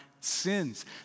sins